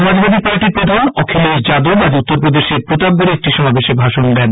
সমাজবাদী পার্টির প্রধান অখিলেশ যাদব আজ উত্তরপ্রদেশের প্রতাপগড়ে একটি সমাবেশে ভাষণ দেন